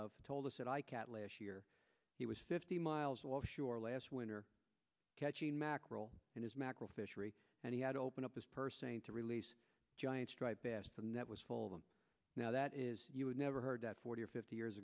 dove told us that i cat last year he was fifty miles off shore last winter catching mackerel in his macro fishery and he had opened up this person to release giant striped bass the net was full of them now that is you would never heard that forty or fifty years